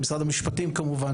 עם משרד המשפטים כמובן,